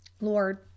Lord